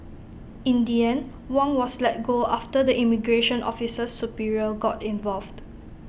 in the end Wong was let go after the immigration officer's superior got involved